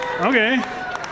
Okay